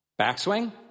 Backswing